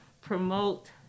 promote